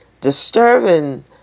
disturbing